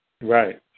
right